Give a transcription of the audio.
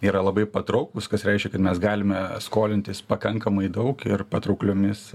yra labai patrauklūs kas reiškia kad mes galime skolintis pakankamai daug ir patraukliomis